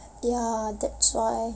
ya that's why